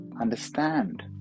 understand